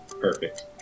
Perfect